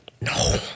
No